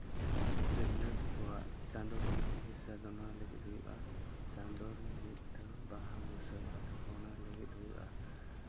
ᱛᱤᱨᱞᱟᱹ ᱠᱚᱣᱟᱜ ᱪᱟᱸᱫᱳᱠᱤᱭᱟᱹ ᱪᱤᱠᱤᱛᱥᱟ ᱫᱚ ᱱᱚᱣᱟ ᱞᱟᱹᱜᱤᱫ ᱦᱩᱭᱩᱜᱼᱟ ᱪᱟᱸᱫᱳ ᱨᱮ ᱢᱤᱫ ᱫᱷᱟᱹᱣ ᱵᱟᱦᱟ ᱵᱩᱥᱟᱹᱲᱚᱜ ᱛᱟᱠᱚᱣᱟ ᱚᱱᱟ ᱞᱟᱹᱜᱤᱫ ᱦᱩᱭᱩᱜᱼᱟ